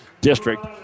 district